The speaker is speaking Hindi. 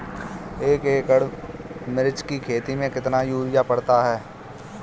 एक एकड़ मिर्च की खेती में कितना यूरिया पड़ता है?